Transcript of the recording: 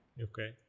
Okay